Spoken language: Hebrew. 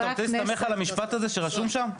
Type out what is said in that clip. אתה רוצה להסתמך על המשפט הזה שרשום שם?